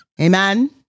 Amen